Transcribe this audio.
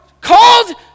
called